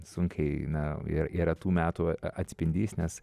sunkiai na yra yra tų metų atspindys nes